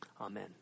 amen